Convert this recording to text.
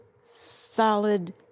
solid